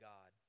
God